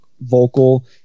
vocal